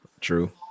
True